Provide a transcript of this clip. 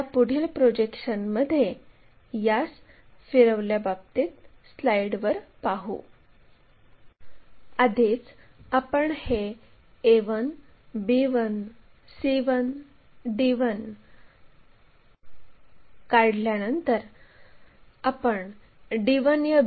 मग एक projector line काढा जी XY च्यावर 15 मिमी अंतरावर आहे या बिंदूला p असे म्हणू त्याचप्रमाणे XY च्याखाली 15 मि